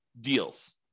deals